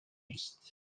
юрист